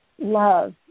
love